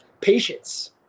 Patience